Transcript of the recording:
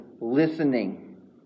listening